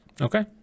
Okay